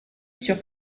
sur